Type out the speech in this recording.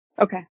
Okay